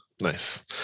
Nice